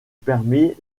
permet